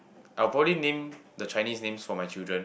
I will probably name the Chinese names for my children